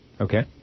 Okay